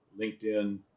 LinkedIn